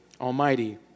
Almighty